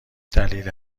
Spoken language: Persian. دلیل